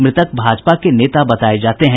मृतक भाजपा के नेता बताये जाते हैं